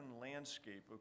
landscape